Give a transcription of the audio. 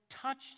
touched